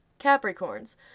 Capricorns